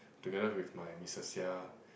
together with my missus Seah